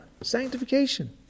Sanctification